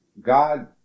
God